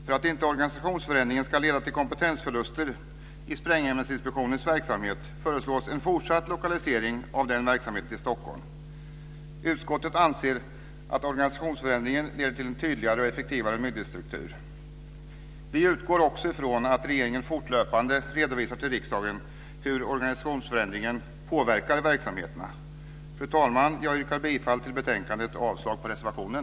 För att inte organisationsförändringen ska leda till kompetensförluster i Sprängämnesinspektionens verksamhet föreslås en fortsatt lokalisering av den verksamheten till Stockholm. Utskottet anser att organisationsförändringen leder till en tydligare och effektivare myndighetsstruktur. Vi utgår också ifrån att regeringen fortlöpande redovisar till riksdagen hur organisationsförändringen påverkar verksamheterna. Fru talman! Jag yrkar bifall till utskottets förslag i betänkandet och avslag på reservationen.